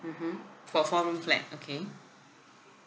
mmhmm for four room flat okay